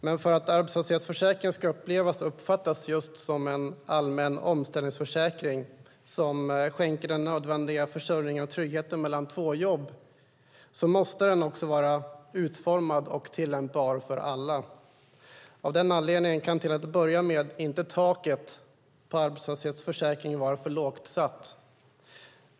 Men för att arbetslöshetsförsäkringen ska upplevas och uppfattas just som en allmän omställningsförsäkring - som skänker den nödvändiga försörjningen och tryggheten mellan två jobb - måste den också vara utformad och tillämpbar för alla. Av den anledningen kan till att börja med inte taket på arbetslöshetsersättningen vara för lågt satt.